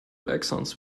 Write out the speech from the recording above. axons